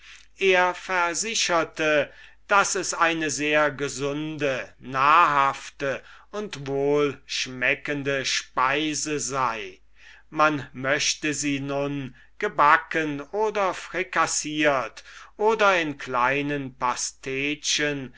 er versicherte daß es eine sehr gesunde nahrhafte und wohlschmeckende speise sei man möchte sie nun gebacken oder mariniert frikassiert oder in kleinen pastetchen